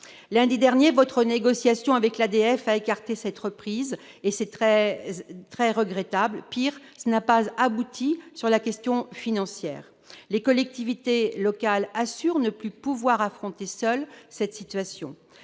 Lundi dernier, votre négociation avec l'ADF a écarté cette idée de reprise, ce qui est très regrettable. Pis, elle n'a pas abouti sur la question financière. Les collectivités locales assurent ne plus pouvoir affronter seules cette situation.